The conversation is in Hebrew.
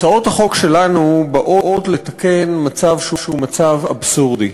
הצעות החוק שלנו באות לתקן מצב שהוא מצב אבסורדי.